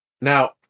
Now